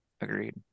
agreed